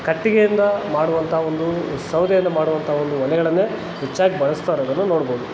ಕಟ್ಟಿಗೆಯಿಂದ ಮಾಡುವಂಥ ಒಂದು ಸೌದೆಯಿಂದ ಮಾಡುವಂಥ ಒಂದು ಒಲೆಗಳನ್ನೆ ಹೆಚ್ಚಾಗಿ ಬಳಸ್ತಾ ಇರೋದನ್ನು ನೋಡ್ಬೋದು